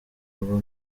haba